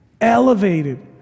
elevated